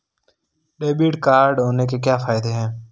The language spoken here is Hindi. डेबिट कार्ड होने के क्या फायदे हैं?